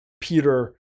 Peter